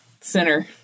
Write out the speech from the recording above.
center